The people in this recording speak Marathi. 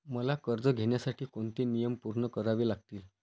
मला कर्ज घेण्यासाठी कोणते नियम पूर्ण करावे लागतील?